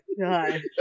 god